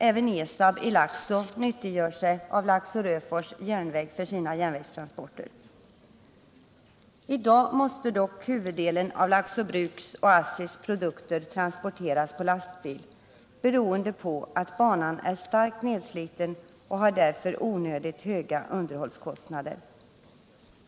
Även ESAB i Laxå nyttiggör sig Laxå-Röfors järnväg för sina järnvägstransporter. I dag måste dock huvuddelen av Laxå Bruks och ASSI:s produkter transporteras på lastbil, beroende på att banan är starkt nedsliten och därför har onödigt höga underhållskostnader.